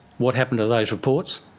what happened to those reports?